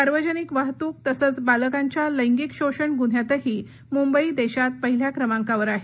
सार्वजनिक वाहतूक तसंच बालकांच्या लैंगिक शोषण गुन्ह्यातही मुंबई देशात पहिल्या क्रमांकावर आहे